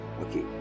okay